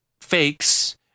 fakes